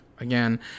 Again